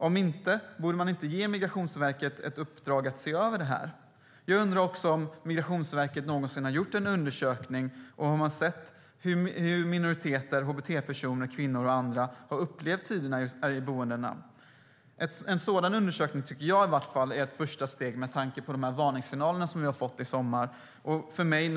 Om inte, borde man inte ge Migrationsverket i uppdrag att se över detta? Jag undrar också: Har Migrationsverket gjort någon undersökning och tittat på hur minoriteter, hbt-personer, kvinnor och andra har upplevt tiden på boendena? En sådan undersökning tycker jag är ett första steg, med tanke på de varningssignaler vi har fått i sommar.